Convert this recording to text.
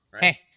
Hey